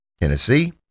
Tennessee